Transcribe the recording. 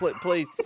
please